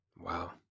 Wow